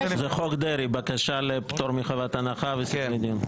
זה חוק דרעי, בקשה לפטור מחובת הנחה --- כן.